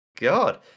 God